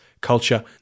culture